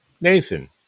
Nathan